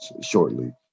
shortly